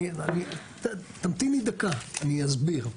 אני, תמתיני דקה, אני אסביר.